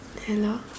hello